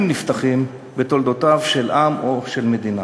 נפתחים בתולדותיו של עם או של מדינה.